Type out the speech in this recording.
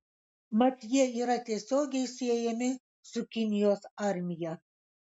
mat jie yra tiesiogiai siejami su kinijos armija